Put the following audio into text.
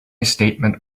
statement